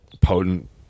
potent